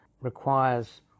requires